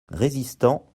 résistant